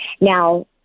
now